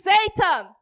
Satan